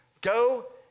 Go